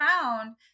found